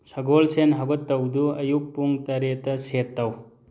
ꯁꯒꯣꯜꯁꯦꯟꯗ ꯍꯧꯒꯠꯇꯧꯗꯨ ꯑꯌꯨꯛ ꯄꯨꯡ ꯇꯔꯦꯠꯇ ꯁꯦꯠ ꯇꯧ